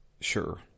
Sure